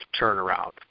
turnaround